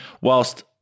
whilst